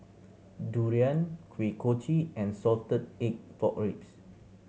durian Kuih Kochi and salted egg pork ribs